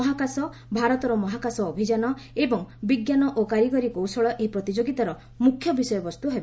ମହାକାଶ ଭାରତର ମହାକାଶ ଅଭିଯାନ ଏବଂ ବିଜ୍ଞାନ ଓ କାରିଗରି କୌଶଳ ଏହି ପ୍ରତିଯୋଗିତାର ମ୍ରଖ୍ୟ ବିଷୟବସ୍ତ ହେବ